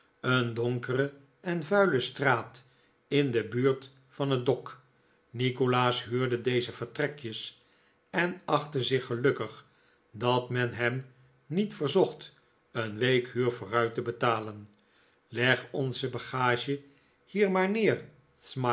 een donkere en vuile straat in de buurt van het dok nikolaas huurde deze vertrekjes en achtte zich gelukkig dat men hem niet verzocht een week huur vooruit te betalen leg onze bagage hier maar neer